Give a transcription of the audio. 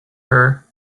her